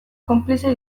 konplize